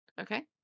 Okay